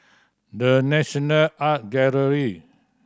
The National Art Gallery